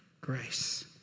grace